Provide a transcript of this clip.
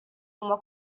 huma